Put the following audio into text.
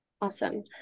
Awesome